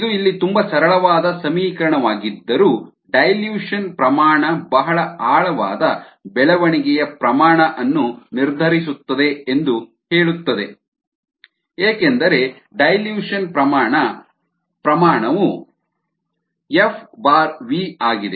ಇದು ಇಲ್ಲಿ ತುಂಬಾ ಸರಳವಾದ ಸಮೀಕರಣವಾಗಿದ್ದರೂ ಡೈಲ್ಯೂಷನ್ ಸಾರಗುಂದಿಸುವಿಕೆ ಪ್ರಮಾಣ ಬಹಳ ಆಳವಾದ ಬೆಳವಣಿಗೆಯ ಪ್ರಮಾಣ ಅನ್ನು ನಿರ್ಧರಿಸುತ್ತದೆ ಎಂದು ಹೇಳುತ್ತದೆ ಏಕೆಂದರೆ ಡೈಲ್ಯೂಷನ್ ಸಾರಗುಂದಿಸುವಿಕೆ ಪ್ರಮಾಣ ಪ್ರಮಾಣವು ಎಫ್ ವಿ FV ಆಗಿದೆ